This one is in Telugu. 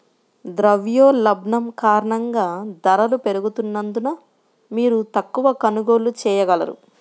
ద్రవ్యోల్బణం కారణంగా ధరలు పెరుగుతున్నందున, మీరు తక్కువ కొనుగోళ్ళు చేయగలరు